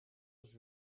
was